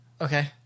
okay